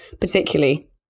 particularly